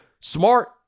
Smart